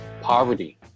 poverty